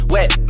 Wet